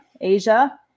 Asia